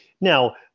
Now